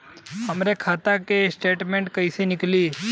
हमरे खाता के स्टेटमेंट कइसे निकली?